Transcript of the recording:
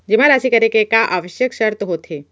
जेमा राशि करे के का आवश्यक शर्त होथे?